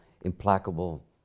implacable